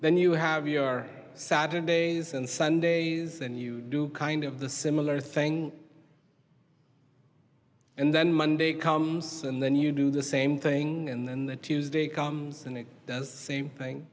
then you have your saturdays and sundays then you do kind of the similar thing and then monday comes and then you do the same thing and then the tuesday comes and then the same thing